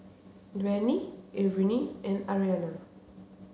Benny Irvine and Arianna